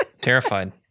Terrified